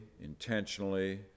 intentionally